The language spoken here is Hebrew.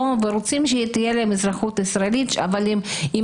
והם רוצים שתהיה להם אזרחות ישראלית,